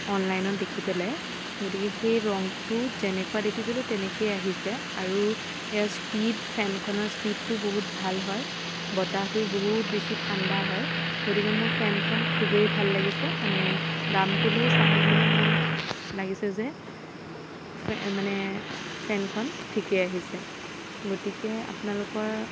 অনলাইনত দেখি পেলাই গতিকে সেই ৰংটো যেনেকুৱা দেখিছিলোঁ তেনেকৈয়ে আহিছে আৰু ইয়াৰ স্পীড ফেনখনৰ স্পীডটো বহুত ভাল হয় বতাহটো বহুত বেছি ঠাণ্ডা হয় গতিকে মই ফেনখন খুবেই ভাল লাগিছে মানে দামটোলৈ চাই মানে মোৰ লাগিছে যে ফে মানে ফেনখন ঠিকেই আহিছে গতিকে আপোনালোকৰ